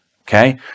Okay